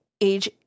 age